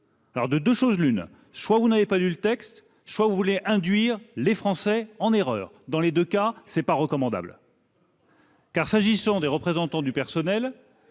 Alors, de deux choses l'une : soit vous n'avez pas lu le texte, soit vous voulez induire les Français en erreur. Dans les deux cas, ce n'est pas recommandable ! S'agissant des représentants du personnel,